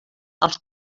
els